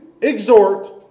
exhort